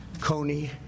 Coney